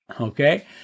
okay